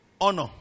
honor